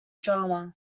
drama